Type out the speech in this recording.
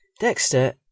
Dexter